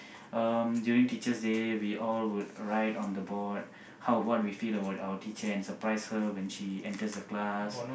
um during Teachers' Day we all would write on the board how what we feel about our teacher and surprise her when she enters the class